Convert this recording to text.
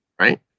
right